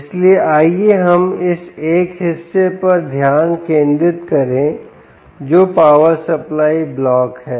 इसलिएआइए हम इस एक हिस्से पर ध्यान केंद्रित करें जो पावर सप्लाई ब्लॉक है